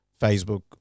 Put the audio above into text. Facebook